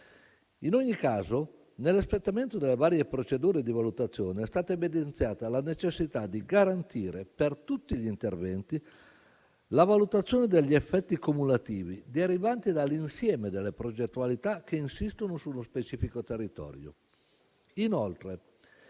In ogni caso, nell'espletamento delle varie procedure di valutazione è stata evidenziata la necessità di garantire per tutti gli interventi la valutazione degli effetti cumulativi derivanti dall'insieme delle progettualità che insistono sullo specifico territorio.